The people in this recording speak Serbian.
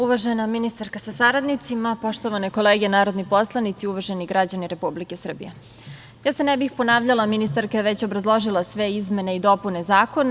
Uvažena ministarka sa saradnicima, poštovane kolege narodni poslanici i uvaženi građani Republike Srbije, ja se ne bih ponavljala, ministarka je već obrazložila sve izmene i dopune Zakona.